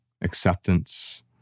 acceptance